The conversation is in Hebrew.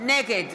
נגד